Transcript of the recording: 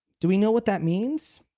do we know what that means?